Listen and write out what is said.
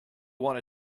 wanna